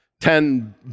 Ten